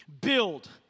build